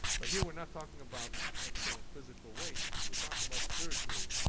but here we're not talking about actual physical weight. we're talking about spiritually,